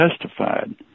testified